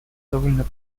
довольно